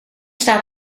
staat